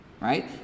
right